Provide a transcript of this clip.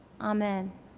Amen